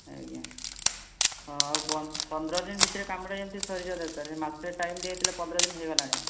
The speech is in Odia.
ଆଜ୍ଞା ହଁ ଆଉ ପନ୍ଦର ଦିନ ଭିତରେ କାମଟା ଯେମିତି ସରିଯିବା ଦରକାର ସେ ମାସେ ଟାଇମ୍ ଦିଆହୋଇଥିଲା ପନ୍ଦର ଦିନ ହୋଇଗଲାଣି